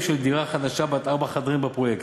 של דירה חדשה בת ארבע חדרים בפרויקט,